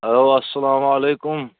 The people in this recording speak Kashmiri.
ہیٚلو اَسلامُ علیکُم